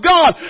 God